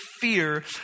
fear